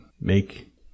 make